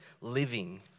living